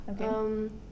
Okay